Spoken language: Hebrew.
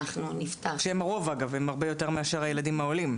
הוא פעיל כל יום משמונה בבוקר עד שש בערב,